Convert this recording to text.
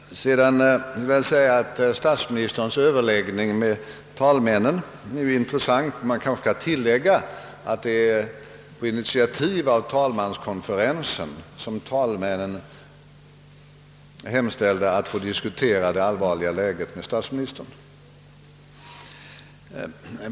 Statsministerns överläggning med talmännen är intressant. Men jag kanske skall tillägga att det var på initiativ av talmanskonferensen som = talmännen hemställde att få diskutera det allvarliga läget med statsministern.